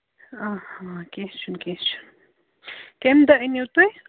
آ آ کیٚنٛہہ چھُنہٕ کیٚنٛہہ چھُنہٕ کَمہِ دۄہ أنِو تُہۍ